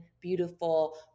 beautiful